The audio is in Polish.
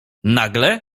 nagle